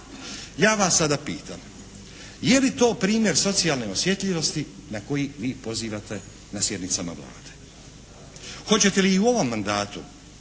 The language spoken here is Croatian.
Ja vas sada pitam, je li to primjer socijalne osjetljivosti na koji vi pozivate na sjednicama Vlade? Hoćete li i u ovom mandatu